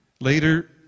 Later